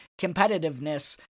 competitiveness